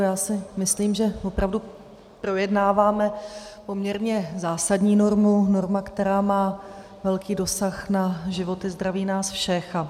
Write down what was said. Já si myslím, že opravdu projednáváme poměrně zásadní normu, normu, která má zásadní dosah na život i zdraví nás všech.